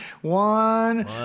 One